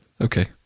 Okay